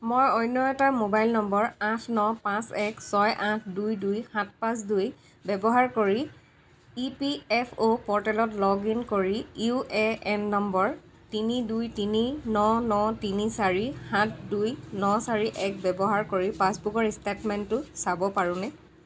মই অন্য এটা মোবাইল নম্বৰ আঠ ন পাঁচ এক ছয় আঠ দুই দুই সাত পাঁচ দুই ব্যৱহাৰ কৰি ই পি এফ অ' প'ৰ্টেলত লগ ইন কৰি ইউ এ এন নম্বৰ তিনি দুই তিনি ন ন তিনি চাৰি সাত দুই ন চাৰি এক ব্যৱহাৰ কৰি পাছবুকৰ ষ্টেটমেণ্টটো চাব পাৰোঁনে